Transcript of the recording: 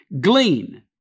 Glean